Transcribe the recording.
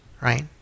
right